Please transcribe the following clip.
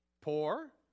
Poor